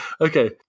Okay